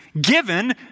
given